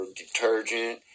detergent